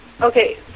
Okay